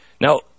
Now